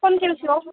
कुविन्टेलसेआव